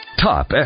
Top